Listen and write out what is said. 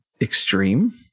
extreme